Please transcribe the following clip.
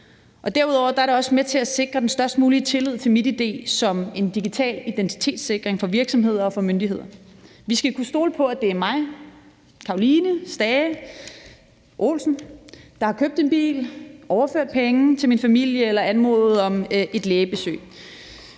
Derudover er det også med til at sikre den størst mulige tillid til MitID som en digital identitetssikring for virksomheder og for myndigheder. Vi skal kunne stole på, at det er mig, Caroline Stage Olsen, der har købt en bil, overført penge til min familie eller anmodet om et lægebesøg.